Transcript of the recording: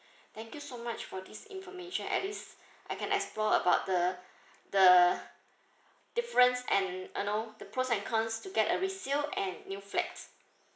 thank you so much for this information at least I can explore about the the difference and you know the pros and cons to get a resale and new flat